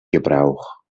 gebrauch